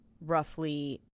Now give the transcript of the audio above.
roughly